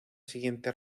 siguiente